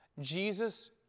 Jesus